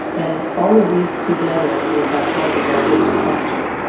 and all of these together were by far the largest cluster.